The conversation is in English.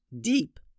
Deep